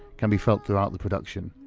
can be felt throughout the production.